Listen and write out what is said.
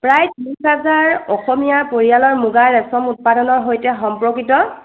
প্ৰায় ত্ৰিছ হাজাৰ অসমীয়া পৰিয়ালৰ মুগা ৰেছম উৎপাদনৰ সৈতে সম্পৰ্কিত